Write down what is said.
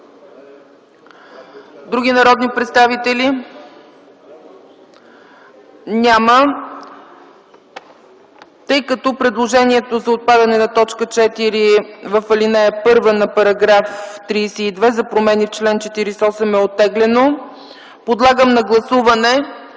Други народни представители? Няма. Тъй като предложението за отпадане на т. 4 в ал. 1 на § 32 за промени в чл. 48 е оттеглено, подлагам на гласуване